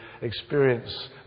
experience